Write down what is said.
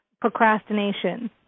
procrastination